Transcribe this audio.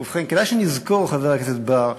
ובכן, כדאי שנזכור, חבר הכנסת בר,